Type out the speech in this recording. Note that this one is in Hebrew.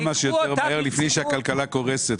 כמה שיותר מהר לפני שהכלכלה קורסת.